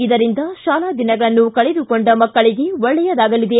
ಇದರಿಂದ ಶಾಲಾ ದಿನಗಳನ್ನು ಕಳೆದುಕೊಂಡ ಮಕ್ಕಳಿಗೆ ಒಳ್ಳೆಯದಾಗಲಿದೆ